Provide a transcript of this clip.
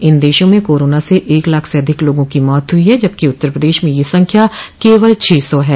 इन देशों में कोरोना से एक लाख से अधिक लोगों की मौत हुई है जबकि उत्तर प्रदेश में यह संख्या केवल छह सौ है